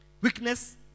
Weakness